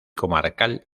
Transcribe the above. comarcal